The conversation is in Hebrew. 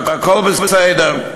והכול בסדר.